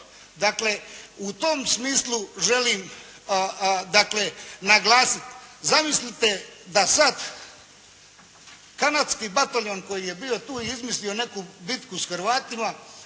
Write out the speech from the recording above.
Dakle, u tom smislu želim, dakle naglasiti. Zamislite da sad kanadski bataljun koji je bio tu i izmislio neku bitku s Hrvatima